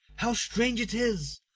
how strange it is,